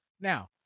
Now